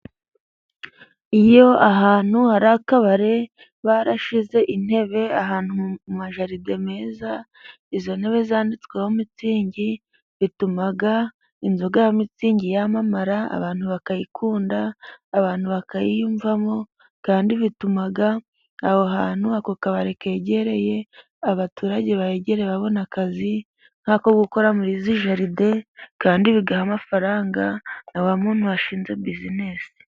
Iyo ahantu hari akabari, barashize intebe ahantu, mu majaride meza, izo ntebe zanditsweho, mitsingi bituma inzoga ya mitsigi yamamara, abantu bakayikunda, abantu bakayiyumvamo, kandi bituma aho hantu ako kabari kegereye, abaturage bahegereye babona akazi nk'ako gukora murizi jaride kandi bigaha amafaranga na wamuntu, washinze buzinesi.